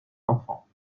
enfant